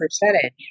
percentage